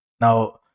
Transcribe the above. Now